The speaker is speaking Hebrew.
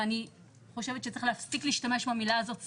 ואני חושבת שצריך להפסיק להשתמש במילה הזאת סרבן.